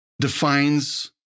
defines